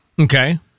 okay